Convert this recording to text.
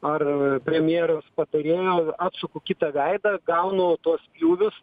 ar premjero patarėjo atsuku kitą veidą gaunu tuos spjūvius